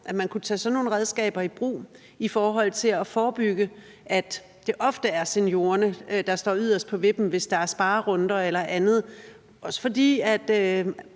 at man kunne tage sådan nogle redskaber i brug i forhold til at forebygge, at det ofte er seniorerne, der står yderst på vippen, hvis der er sparerunder eller andet? Det er